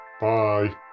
Bye